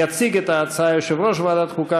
יציג את ההצעה יושב-ראש ועדת החוקה,